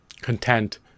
content